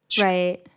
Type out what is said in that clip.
right